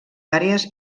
àrees